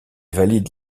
valide